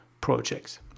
projects